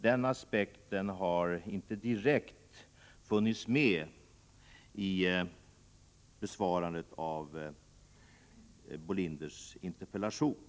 Den aspekten har inte direkt funnits med i besvarandet av Gunhild Bolanders interpellation.